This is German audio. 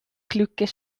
glückes